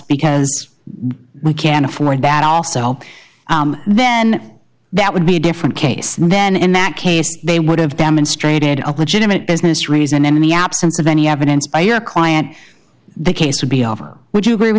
because they can't afford that also then that would be a different case then in that case they would have demonstrated a legitimate business reason in the absence of any evidence by your client the case to be off or would you agree with